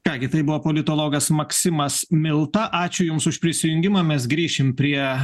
ką gi tai buvo politologas maksimas milta ačiū jums už prisijungimą mes grįšim prie